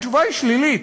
התשובה היא שלילית,